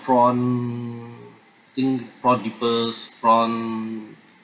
prawn I think prawn prefers prawn